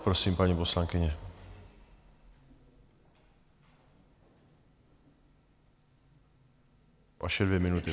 Prosím, paní poslankyně, vaše dvě minuty.